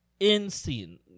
Insane